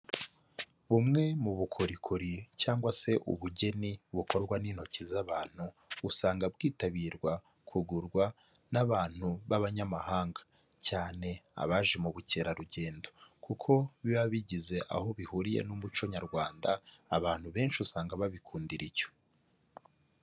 Bumwe mu bukorikori cyangwa se ubugeni bukorwa n'intoki z'abantu, usanga bwitabirwa kugurwa n'abantu b'abanyamahanga, cyane abaje mu bukerarugendo kuko biba bigeze aho bihuriye n'umuco nyarwanda, abantu benshi usanga babikundira icyo.